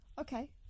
Okay